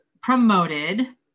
promoted